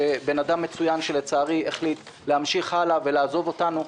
בן אדם מצוין שלצערי החליט להמשיך הלאה ולעזוב אותנו.